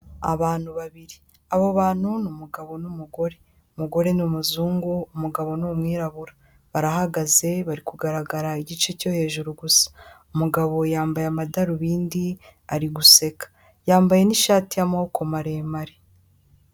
Abantu babiri abo bantu ni umugabo n'umugore, umugore ni umuzungu, umugabo ni umwirabura, barahagaze bari kugaragara igice cyo hejuru gusa. Umugabo yambaye amadarubindi ari guseka, yambaye n'ishati y'amaboko maremare.